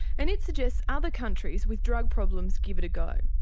and it suggests other countries with drug problems give it a go.